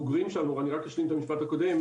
אני רק אשלים את המשפט הקודם,